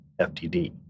FTD